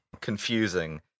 confusing